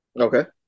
Okay